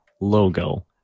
logo